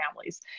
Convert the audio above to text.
families